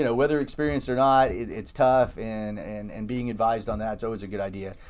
and whether experienced or not, it's tough. and and and being advised on that is always a good idea.